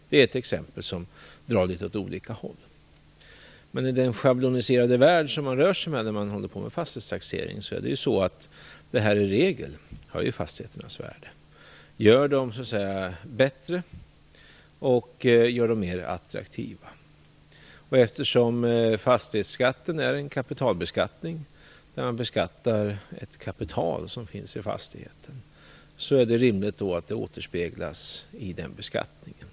Det är ett exempel på sådant där intressena drar åt olika håll. I den schabloniserade värld som man rör sig i när man håller på med fastighetstaxering är det så. Det har att göra med fastigheternas värde, gör dem bättre och mer attraktiva. Eftersom fastighetsskatten är en kapitalskatt där man beskattar det kapital som finns i fastigheten är det rimligt att det återspeglas i beskattningen.